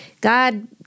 God